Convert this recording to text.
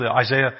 Isaiah